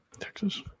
Texas